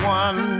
one